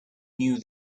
knew